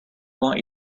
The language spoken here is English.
want